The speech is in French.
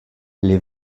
les